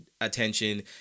attention